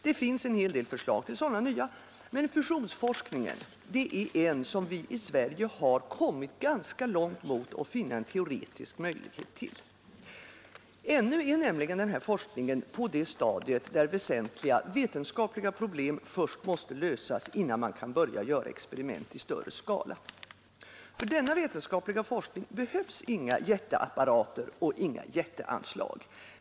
Det finns en hel del förslag till sådana, men fusionsforskningen är en, som vi i Sverige har kommit ganska långt mot att finna en teoretisk möjlighet till. Ännu är nämligen denna forskning på det stadiet, där väsentliga vetenskapliga problem först måste lösas, innan man kan börja göra experiment i större skala. För denna vetenskapliga forskning behövs inga jätteapparater och inga jätteanslag.